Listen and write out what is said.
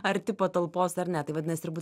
arti patalpos ar ne tai vadinasi ir būt